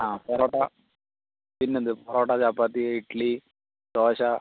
ആ പൊറോട്ട പിന്നെയെന്ത് പൊറോട്ട ചപ്പാത്തി ഇഡ്ഡ്ലി ദോശ